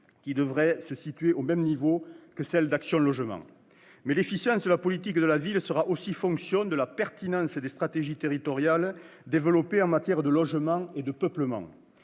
qui devrait se situer au même niveau que celle d'Action Logement. L'efficience de la politique de la ville sera aussi fonction de la pertinence des stratégies territoriales développées en matière de logement et de peuplement.